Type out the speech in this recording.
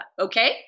okay